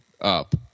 up